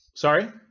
Sorry